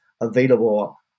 available